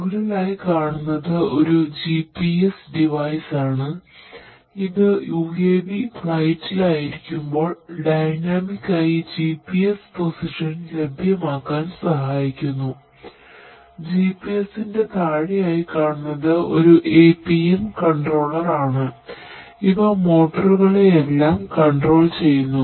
മുകളിലായി കാണുന്നത് ഒരു GPS ഡിവൈസ് കൺട്രോൾ ചെയ്യുന്നു